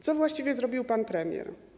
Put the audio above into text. Co właściwie zrobił pan premier?